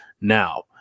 Now